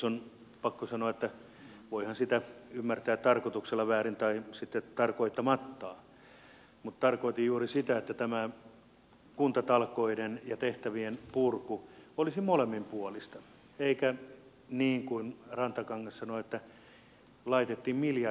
on pakko sanoa että voihan sitä ymmärtää tarkoituksella väärin tai sitten tarkoittamattaan mutta tarkoitin juuri sitä että nämä kuntatalkoot ja tehtävien purku olisivat molemminpuolisia eikä niin kuin rantakangas sanoi että laitettiin miljardin tavoite